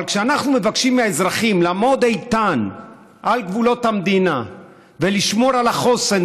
אבל כשאנחנו מבקשים מהאזרחים לעמוד איתן על גבולות המדינה ולשמור על החוסן